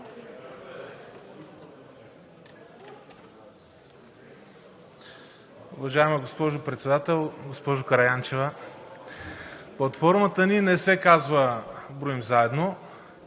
Уважаема госпожо Председател! Госпожо Караянчева, платформата ни не се казва „Броим заедно“,